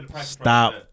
Stop